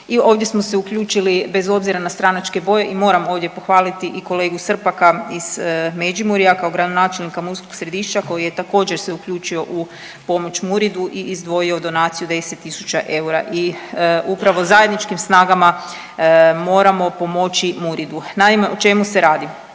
ovdje smo se uključili bez obzira na stranačke boje i moram ovdje pohvaliti i kolegu Srpaka iz Međimurja kao gradonačelnika Murskog Središća koji je također se uključio u pomoć MURID-u i izdvojio donaciju 10 tisuća eura i upravo zajedničkim snagama moramo pomoći MURID-u. Naime, o čemu se radi?